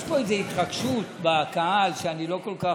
יש איזו התרגשות בקהל שאני לא מודע לה כל כך.